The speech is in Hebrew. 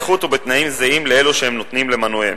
באיכות ובתנאים זהים לאלו שהם נותנים למנוייהם,